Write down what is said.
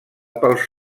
pels